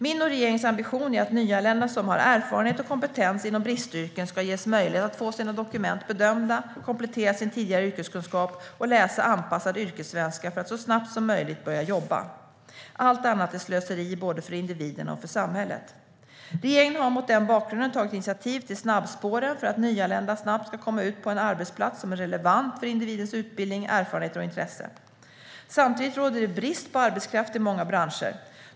Min och regeringens ambition är att nyanlända som har erfarenheter och kompetens inom bristyrken ska ges möjlighet att få sina dokument bedömda, att komplettera sin tidigare yrkeskunskap och att läsa anpassad yrkessvenska för att så snabbt som möjligt börja jobba. Allt annat är slöseri både för individerna och för samhället. Regeringen har mot den bakgrunden tagit initiativ till snabbspåren för att nyanlända snabbt ska komma ut på en arbetsplats som är relevant för individens utbildning, erfarenheter och intresse. Samtidigt råder det brist på arbetskraft i många branscher.